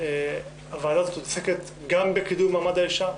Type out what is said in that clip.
הוועדה הזאת עוסקת גם בקידום מעמד האישה,